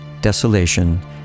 desolation